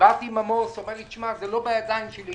עמוס אמר שלא בידיים שלי.